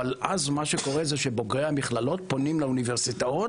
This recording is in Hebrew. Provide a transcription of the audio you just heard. אבל אז מה שקורה זה שבוגרי המכללות פונים לאוניברסיטאות